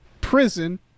Prison